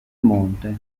monte